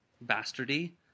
bastardy